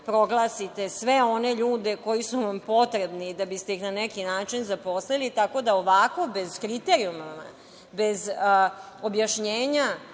proglasite sve one ljude koji su vam potrebni da biste ih na neki način zaposlili? Tako da, ovako bez kriterijumima, bez objašnjenja